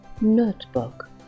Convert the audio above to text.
Notebook